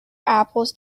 apples